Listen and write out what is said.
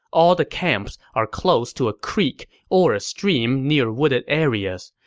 all the camps are close to a creek or a stream near wooded areas.